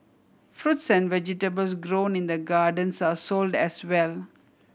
fruits and vegetables grown in the gardens are sold as well